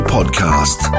Podcast